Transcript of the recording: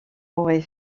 aurait